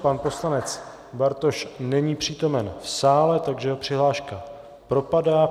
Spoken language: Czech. Pan poslanec Bartoš není přítomen v sále, takže jeho přihláška propadá.